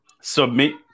submit